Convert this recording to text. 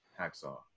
hacksaw